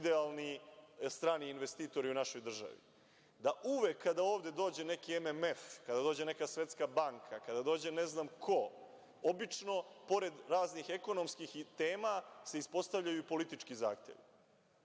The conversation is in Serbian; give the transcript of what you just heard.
idealni strani investitori u našoj državi. Uvek kada ovde dođe neki MMF, kada dođe neka Svetska banka, kada dođe ne znam ko, obično pored raznih ekonomskih tema se ispostavljaju politički zahtevi.